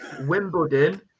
Wimbledon